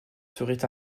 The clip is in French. seraient